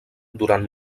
durant